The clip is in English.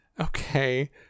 okay